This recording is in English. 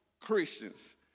Christians